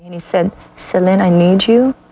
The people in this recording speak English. and he said celine i need you.